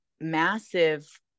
massive